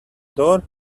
door